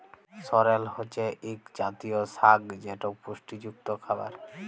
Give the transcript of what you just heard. সরেল হছে ইক জাতীয় সাগ যেট পুষ্টিযুক্ত খাবার